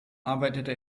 arbeitete